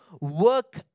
Work